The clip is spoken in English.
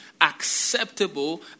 acceptable